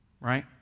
right